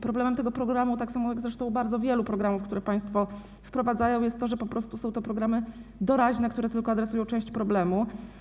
Problemem tego programu, tak samo zresztą jak bardzo wielu programów, które państwo wprowadzają, jest to, że po prostu są to programy doraźne, które zajmują się tylko częścią problemu.